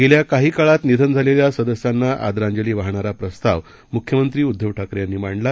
गेल्याकाहीकाळातनिधनझालेल्यासदस्यांनाआदरांजलीवाहणाराप्रस्तावमुख्यमंत्रीउद्दवठाकरेयांनीमांडला